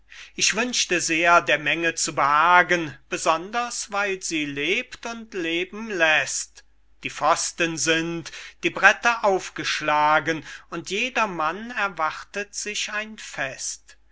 ich wünschte sehr der menge zu behagen besonders weil sie lebt und leben läßt die pfosten sind die breter aufgeschlagen und jedermann erwartet sich ein fest